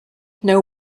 know